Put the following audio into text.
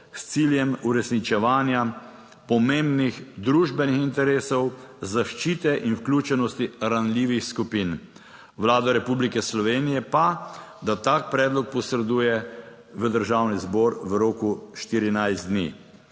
s ciljem uresničevanja pomembnih družbenih interesov, zaščite in vključenosti ranljivih skupin. Vlada Republike Slovenije pa, da tak predlog posreduje v Državni zbor v roku 14 dni."